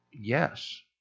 Yes